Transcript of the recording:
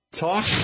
talk